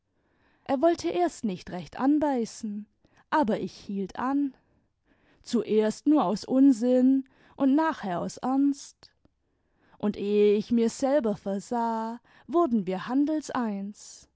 er wollte erst nicht recht anbeißen aber ich hielt an zuerst nur aus unsinn und nachher aus ernst und ehe ich mir's selber versah wurden wir handelseins